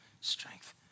strength